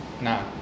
nah